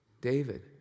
David